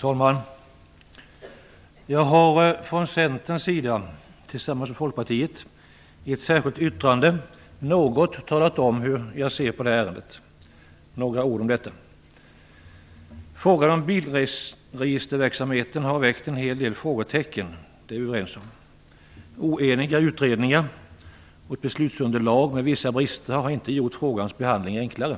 Fru talman! Jag har från Centerns sida tillsammans med Folkpartiet i ett särskilt yttrande något talat om hur jag ser på detta ärende. Några ord om detta. Frågan om bilregisterverksamheten har väckt en hel del frågetecken. Det är vi överens om. Oeniga utredningar och ett beslutsunderlag med vissa brister har inte gjort frågans behandling enklare.